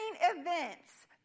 events